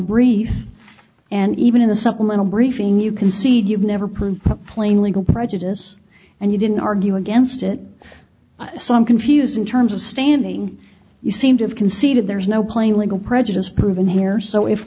brief and even in the supplemental briefing you concede you've never proved plain legal prejudice and you didn't argue against it so i'm confused in terms of standing you seem to have conceded there is no plain little prejudice proven here so if